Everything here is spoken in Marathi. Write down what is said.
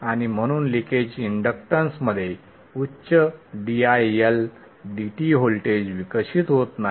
आणि म्हणून लीकेज इंडक्टन्समध्ये उच्च diLdt व्होल्टेज विकसित होत नाही